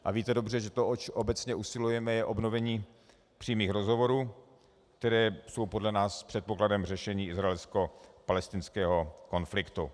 A víte dobře, že to, oč obecně usilujeme, je obnovení přímých rozhovorů, které jsou podle nás předpokladem řešení izraelskopalestinského konfliktu.